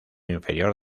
inferior